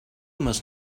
must